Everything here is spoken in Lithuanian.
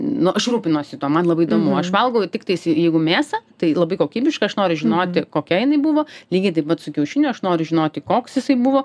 nu aš rūpinuosi tuo man labai įdomu aš valgau tiktais jeigu mėsą tai labai kokybišką aš noriu žinoti kokia jinai buvo lygiai taip pat su kiaušiniu aš noriu žinoti koks jisai buvo